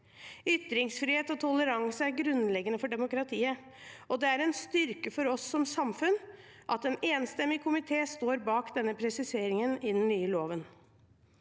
Ytringsfrihet og toleranse er grunnleggende for demokratiet, og det er en styrke for oss som samfunn at en enstemmig komité står bak denne presiseringen i den nye loven.